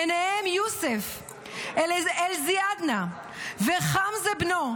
ביניהם יוסף אלזיאדנה וחמזה בנו,